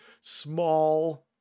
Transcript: small